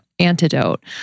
Antidote